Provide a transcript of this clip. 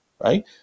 right